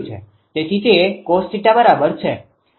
તેથી તે cos𝜃છે